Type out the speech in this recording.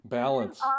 balance